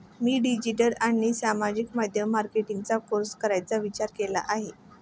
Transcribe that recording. मी digital आणि सामाजिक माध्यम मार्केटिंगचा कोर्स करण्याचा विचार केला आहे